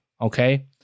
okay